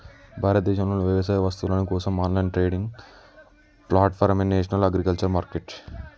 భారతదేశంలోని వ్యవసాయ వస్తువుల కోసం ఆన్లైన్ ట్రేడింగ్ ప్లాట్ఫారమే నేషనల్ అగ్రికల్చర్ మార్కెట్